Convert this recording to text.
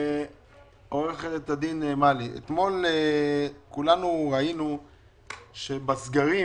אתמול כולנו ראינו שבסגרים